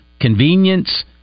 convenience